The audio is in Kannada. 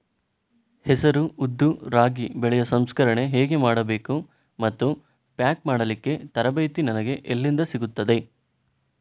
ಹೆಸರು, ಉದ್ದು, ರಾಗಿ ಬೆಳೆಯ ಸಂಸ್ಕರಣೆ ಹೇಗೆ ಮಾಡಬೇಕು ಮತ್ತು ಪ್ಯಾಕ್ ಮಾಡಲಿಕ್ಕೆ ತರಬೇತಿ ನನಗೆ ಎಲ್ಲಿಂದ ಸಿಗುತ್ತದೆ?